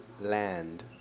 land